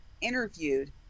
interviewed